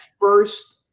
first